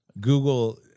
Google